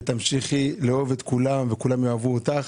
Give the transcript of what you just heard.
תמשיכי לאהוב את כולם, וכולם יאהבו אותך.